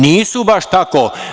Nisu baš tako.